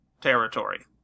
territory